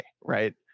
right